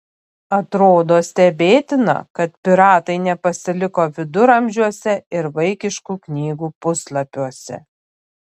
atrodo stebėtina kad piratai nepasiliko viduramžiuose ir vaikiškų knygų puslapiuose